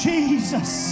Jesus